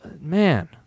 Man